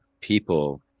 people